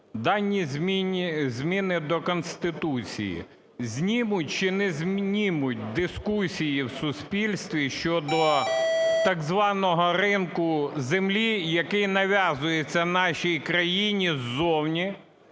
данні зміни до Конституції знімуть чи не знімуть дискусії в суспільстві щодо так званого ринку землі, який нав'язується нашій країні зовні,